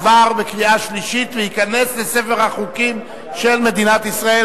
עבר בקריאה שלישית וייכנס לספר החוקים של מדינת ישראל.